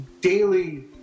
daily